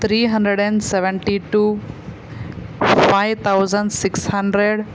three hundred and seventy two five thousand six hundred